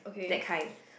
that kind